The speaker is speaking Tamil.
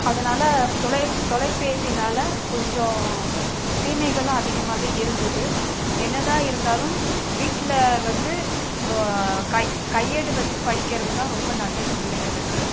அதனால் தொலை தொலைபேசினால கொஞ்சம் தீமைகளும் அதிகமாகவே இருந்துது என்ன தான் இருந்தாலும் வீட்டில் வந்து நொ கை கையேடு வச்சு படிக்கிறது தான் ரொம்ப நல்லது பிள்ளைங்களுக்கு